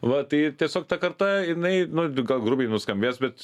va tai tiesiog ta karta jinai nu gal grubiai nuskambės bet